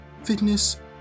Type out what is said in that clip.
fitness